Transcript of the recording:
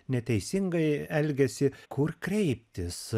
neteisingai elgiasi kur kreiptis